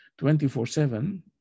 24-7